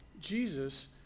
Jesus